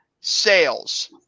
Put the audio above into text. sales